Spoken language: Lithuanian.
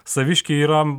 saviškiai yra